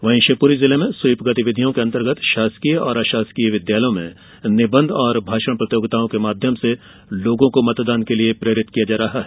वहीं शिवपुरी जिले में स्वीप गतिविधियों के अंतर्गत शासकीय और अशासकीय विद्यालयों में निबंध और भाषण प्रतियोगिताओं के माध्यम से लोगों को मतदान के लिये प्रेरित किया जा रहा है